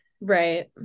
Right